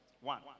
One